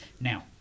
Now